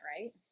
right